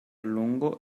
lungo